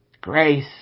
Grace